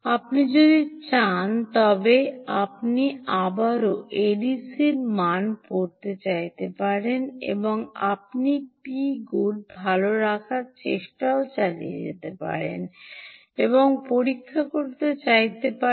আপনি যদি চান তবে আপনি আবারও এডিসির মানটি পড়তে চাইতে পারেন এবং আপনি Pgood ভাল রাখার চেষ্টা চালিয়ে নিতে এবং পরীক্ষা করতে চাইতে পারেন